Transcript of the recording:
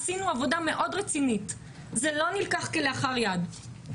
עשינו עבודה מאוד רצינית, זה לא נלקח כלאחר יד.